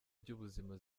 by’ubuzima